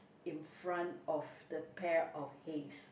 in front of the pair of haze